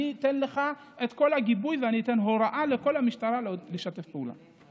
אתן לך את כל הגיבוי ואתן הוראה לכל המשטרה לשתף פעולה.